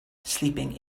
sleeping